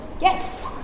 Yes